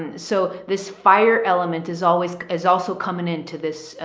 and so this fire element is always, is also coming into this, ah,